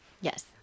yes